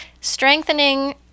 strengthening